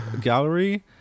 gallery